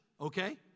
okay